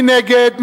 מי נגד?